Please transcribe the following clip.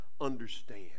understand